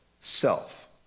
self